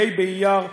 בה' באייר תש"ח,